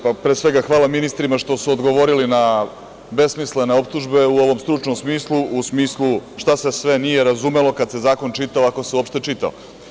Pre svega, hvala ministrima što su odgovorili besmislene optužbe u ovom stručnom smislu, u smislu šta se sve nije razumelo kada se zakon čitao, ako se uopšte čitao.